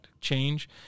change